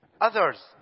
others